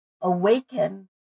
awaken